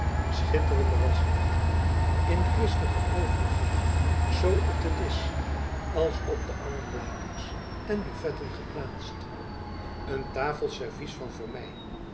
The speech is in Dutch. schitterende waslichten in kwistigen overvloed zoo op den disch als op de armblakers en bujacob van lennep elizabeth musch fetten geplaatst een tafelservies van